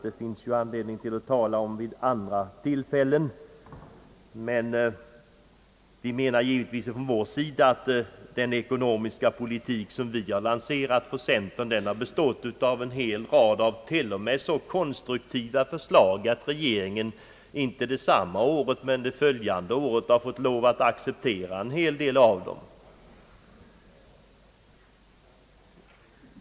Det finns ju anledning att tala om dem vid andra tillfällen. Vi anser givetvis att den ekonomiska politik som centerpartiet har lanserat har bestått av en hel rad konstruktiva förslag, t.o.m. så konstruktiva att regeringen inte detsamma året men det följande har fått lov att använda en hel del av dem.